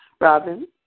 Robin